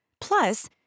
Plus